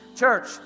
Church